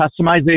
Customization